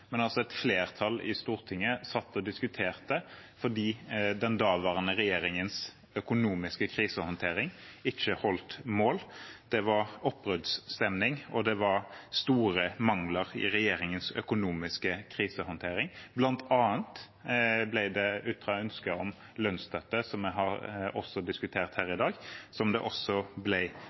et flertall i Stortinget – og diskuterte fordi den daværende regjeringens økonomiske krisehåndtering ikke holdt mål. Det var oppbruddsstemning, og det var store mangler i regjeringens økonomiske krisehåndtering. Blant annet ble det ytret ønske om lønnsstøtte, som vi også har diskutert her i dag, og som også